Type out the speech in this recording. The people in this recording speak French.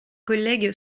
collègue